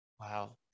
Wow